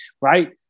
right